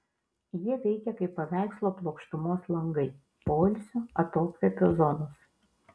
jie veikia kaip paveikslo plokštumos langai poilsio atokvėpio zonos